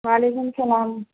وعلیکم السلام